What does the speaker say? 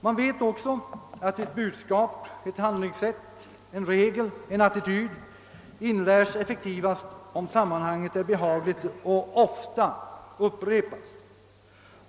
Man vet också att ett budskap, ett handlingssätt, en regel, en attityd inlärs effektivast om sammanhanget är behagligt och ofta upprepas.